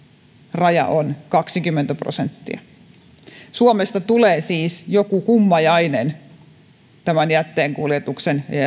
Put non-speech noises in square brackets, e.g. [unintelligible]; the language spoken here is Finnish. raja on kaksikymmentä prosenttia suomesta tulee siis joku kummajainen tämän jätteenkuljetuksen ja ja [unintelligible]